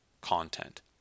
content